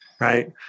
right